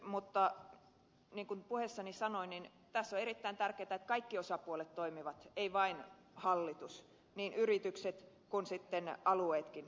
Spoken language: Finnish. mutta niin kuin puheessani sanoin tässä on erittäin tärkeää että kaikki osapuolet toimivat ei vain hallitus vaan niin yritykset kuin sitten alueetkin